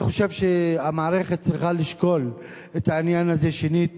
אני חושב שהמערכת צריכה לשקול את העניין הזה שנית.